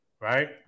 right